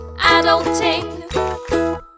adulting